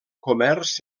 comerç